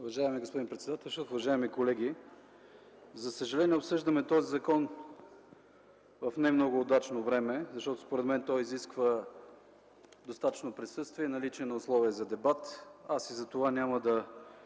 Уважаеми господин председател, уважаеми колеги! За съжаление, обсъждаме този закон в не много удачно време, защото според мен той изисква достатъчно присъствие и наличие на условия за дебат. Именно затова няма да